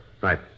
Right